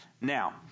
Now